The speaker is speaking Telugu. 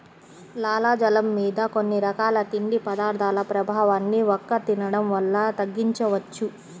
లాలాజలం మీద కొన్ని రకాల తిండి పదార్థాల ప్రభావాన్ని వక్క తినడం వల్ల తగ్గించవచ్చు